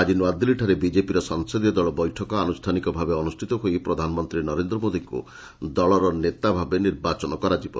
ଆକି ନୂଆଦିଲ୍ଲୀଠାରେ ବିଜେପିର ସଂସଦୀୟ ଦଳ ଆନୁଷ୍ଠାନିକ ଭାବେ ପ୍ରଧାନମନ୍ତ୍ରୀ ନରେନ୍ଦ୍ର ମୋଦିଙ୍କୁ ଦଳର ନେତା ଭାବେ ନିର୍ବାଚିତ କରିବ